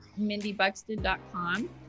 MindyBuxton.com